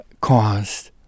caused